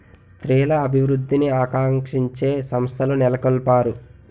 స్త్రీల అభివృద్ధిని ఆకాంక్షించే సంస్థలు నెలకొల్పారు